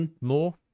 More